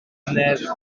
anhunedd